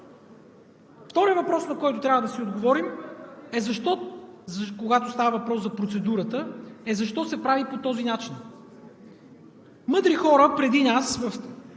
Вторият въпрос, на който трябва да си отговорим, когато става въпрос за процедурата, е: защо се прави по този начин? Мъдри хора преди нас